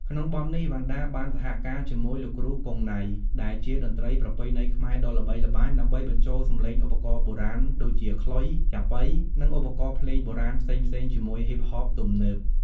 ក្នុងបទនេះ វណ្ណដាបានសហការជាមួយ លោកគ្រូ គង់ ណៃ ដែលជាតន្ត្រីប្រពៃណីខ្មែរដ៏ល្បីល្បាញ ដើម្បីបញ្ចូលសម្លេងឧបករណ៍បុរាណដូចជា ខ្លុយ ចាប៉ី និងឧបករណ៍ភ្លេងបុរាណ ផ្សេងៗជាមួយហ៊ីបហបទំនើប។